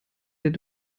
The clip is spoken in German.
der